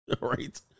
right